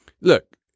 look